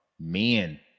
men